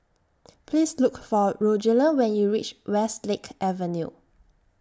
Please Look For Rogelio when YOU REACH Westlake Avenue